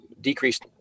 decreased